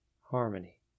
harmony